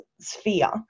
sphere